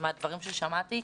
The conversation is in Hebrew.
מהדברים ששמעתי,